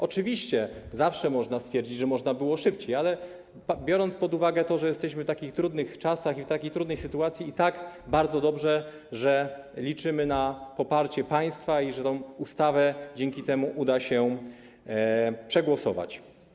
Oczywiście zawsze można stwierdzić, że można było szybciej, ale biorąc pod uwagę to, że jesteśmy w takich trudnych czasach i w takiej trudnej sytuacji, i tak bardzo dobrze, że liczymy na poparcie państwa i że tę ustawę dzięki temu uda się przegłosować.